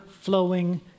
flowing